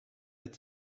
het